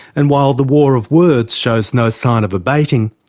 and while the war of words shows no sign of abating,